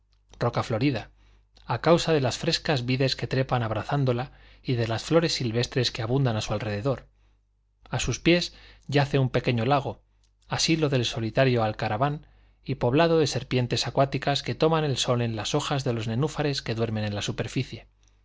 garden rock roca florida a causa de las frescas vides que trepan abrazándola y de las flores silvestres que abundan a su alrededor a sus pies yace un pequeño lago asilo del solitario alcaraván y poblado de serpientes acuáticas que toman el sol en las hojas de los nenúfares que duermen en la superficie